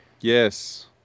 Yes